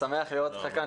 שמח לראות אותך כאן,